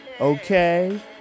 Okay